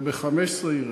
וב-2015 ירד.